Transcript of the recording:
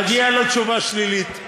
מגיעה לו תשובה שלילית,